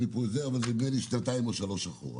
כשנתיים, שלוש.